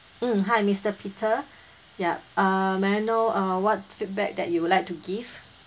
mm hi mister peter yup uh may I know uh what feedback that you would like to give